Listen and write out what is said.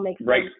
right